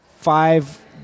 five